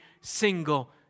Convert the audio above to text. single